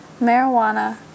marijuana